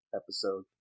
episode